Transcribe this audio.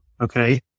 Okay